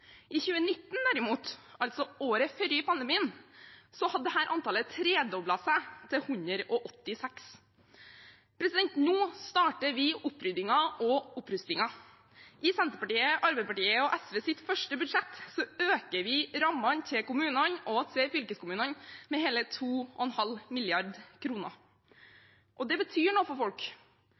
I 2019, derimot, altså året før pandemien, hadde dette antallet tredoblet seg til 186. Nå starter vi oppryddingen og opprustingen. I Senterpartiet, Arbeiderpartiet og SVs første budsjett øker vi rammene til kommunene og fylkeskommunene med hele 2,5 mrd. kr. Det betyr noe for folk,